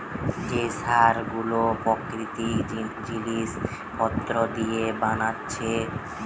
যে সার গুলো প্রাকৃতিক জিলিস পত্র দিয়ে বানাচ্ছে